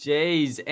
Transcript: Jeez